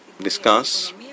discuss